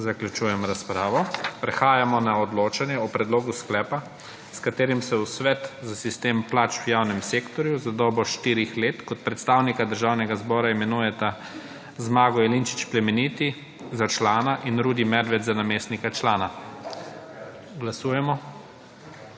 Zaključujem razpravo. Prehajamo na odločanje o predlogu sklepa s katerim se v svet za sistem plač v javnem sektorju za dobo 4 let kot predstavnika Državnega zbora imenujeta Zmago Jelinčič Plemeniti za člana in Rudi Medved za namestnika člana. Glasujemo.